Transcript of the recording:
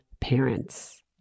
parents